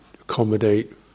accommodate